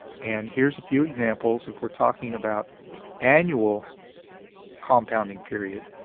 and here's a few examples. if we're talking about annual compounding period,